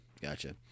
Gotcha